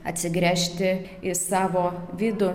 atsigręžti į savo vidų